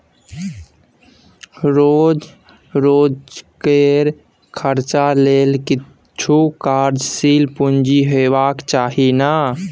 रोज रोजकेर खर्चा लेल किछु कार्यशील पूंजी हेबाक चाही ने